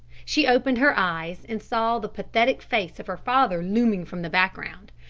she opened her eyes and saw the pathetic face of her father looming from the background.